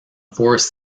forest